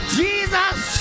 jesus